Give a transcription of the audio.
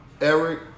Eric